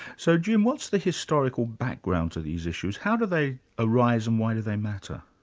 so jim, what's the historical background to these issues? how do they arise and why do they matter?